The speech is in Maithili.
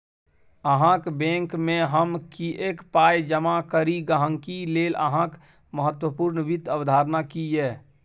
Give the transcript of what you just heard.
अहाँक बैंकमे हम किएक पाय जमा करी गहिंकी लेल अहाँक महत्वपूर्ण वित्त अवधारणा की यै?